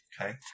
Okay